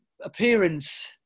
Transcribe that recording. appearance